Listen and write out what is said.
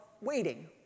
waiting